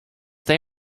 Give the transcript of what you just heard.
they